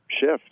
shift